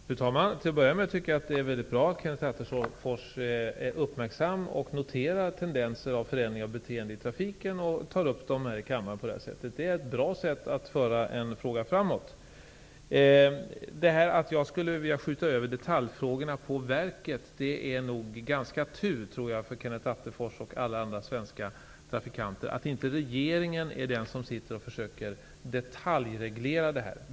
Fru talman! Till att börja med tycker jag att det är väldigt bra att Kenneth Attefors är uppmärksam och noterar tendenser till förändringar av beteenden i trafiken och tar upp dem till diskussion här i kammaren. Det är ett bra sätt att föra en fråga framåt. Kenneth Attefors sade att jag skjuter över detaljfrågorna på verket. Det är nog ganska tur för Kenneth Attefors och alla andra svenska trafikanter att regeringen inte försöker att detaljreglera detta.